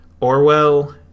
Orwell